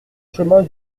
chemin